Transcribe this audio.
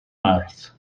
mawrth